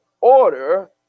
order